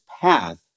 path